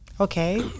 Okay